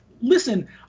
listen